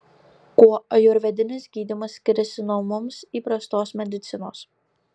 kuo ajurvedinis gydymas skiriasi nuo mums įprastos medicinos